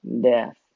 death